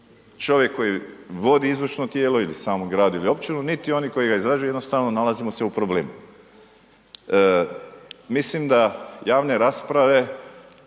čovjek koji vodi izvršno tijelo ili samo grad ili općinu, niti oni koji ga izrađuju, jednostavno nalazimo se u problemu. Mislim da javne rasprave